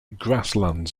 grasslands